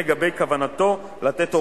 והן לגבי כוונתו לתת הוראות,